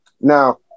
now